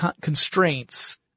constraints